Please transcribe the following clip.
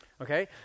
Okay